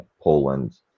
Poland